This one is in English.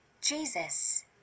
Jesus